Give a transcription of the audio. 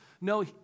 no